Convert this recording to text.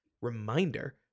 reminder